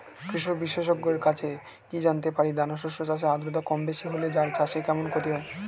কৃষক বিশেষজ্ঞের কাছে কি জানতে পারি দানা শস্য চাষে আদ্রতা কমবেশি হলে চাষে কেমন ক্ষতি হয়?